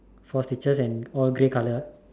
four stitches and all grey colour ah